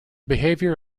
behavior